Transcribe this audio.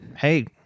hey